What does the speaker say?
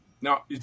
Now